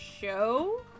show